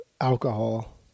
alcohol